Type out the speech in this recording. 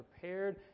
prepared